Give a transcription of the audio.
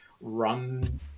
run